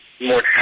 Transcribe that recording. more